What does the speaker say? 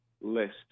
list